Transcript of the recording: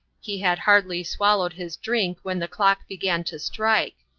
he had hardly swallowed his drink when the clock began to strike.